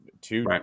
two